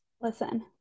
Listen